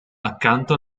accanto